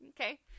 Okay